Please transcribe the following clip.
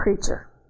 creature